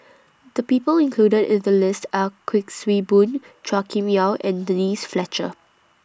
The People included in The list Are Kuik Swee Boon Chua Kim Yeow and Denise Fletcher